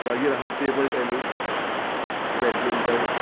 मागीर आहा table tennis badminton